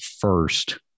first